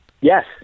Yes